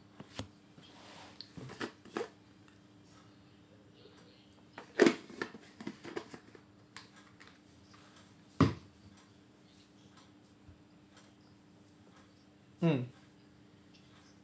mm